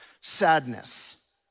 sadness